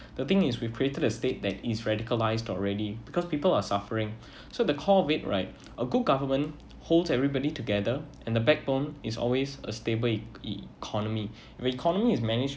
the thing is we created a state that is radicalised already because people are suffering so the COVID right a good government holds everybody together and the backbone is always a stable e~ economy the economy is managed